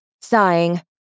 Sighing